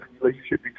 relationship